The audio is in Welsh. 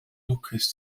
lwcus